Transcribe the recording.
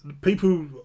People